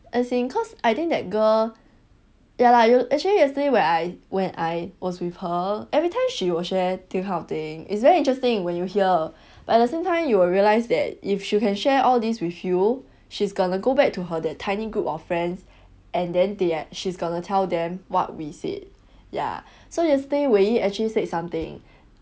as in cause I think that girl ya lah actually yesterday when I when I was with her every time she will share this kind of thing it's very interesting when you hear but at the same time you will realize that if she can share all this with you she's gonna go back to her that tiny group of friends and then they're she's gonna tell them what we said ya so yesterday wei yi actually said something